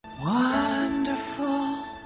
Wonderful